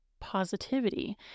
positivity